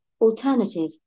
alternative